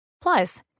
Plus